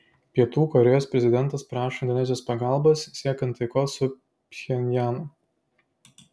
pietų korėjos prezidentas prašo indonezijos pagalbos siekiant taikos su pchenjanu